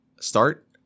start